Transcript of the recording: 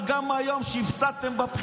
תתפטר.